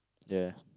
ya